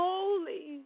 Holy